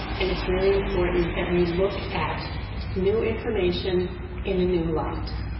and it's really important that we look at new information in a new light.